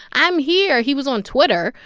i'm here. he was on twitter,